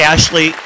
Ashley